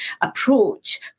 approach